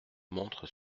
montre